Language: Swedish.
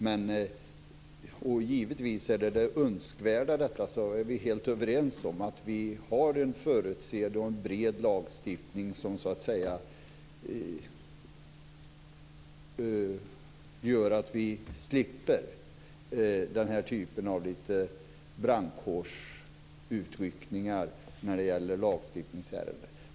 Och vi är givetvis överens om att det önskvärda är att vi har en förutseende och bred lagstiftning som gör att vi slipper den här typen av lite brandkårsutryckningar när det gäller lagstiftningsärenden.